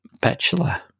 bachelor